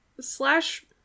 slash